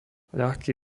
ľahký